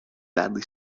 badly